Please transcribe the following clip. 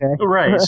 Right